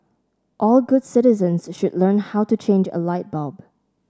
all good citizens should learn how to change a light bulb